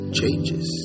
changes